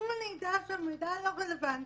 אם אני אדע שהמידע לא רלוונטי,